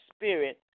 spirit